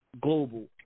global